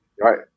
Right